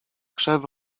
krzew